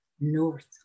North